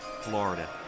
Florida